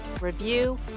review